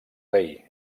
rei